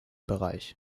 bereich